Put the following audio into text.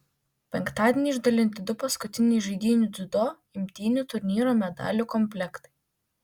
penktadienį išdalinti du paskutiniai žaidynių dziudo imtynių turnyro medalių komplektai